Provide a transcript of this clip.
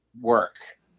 work